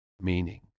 meaning